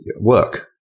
work